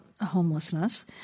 homelessness